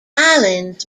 islands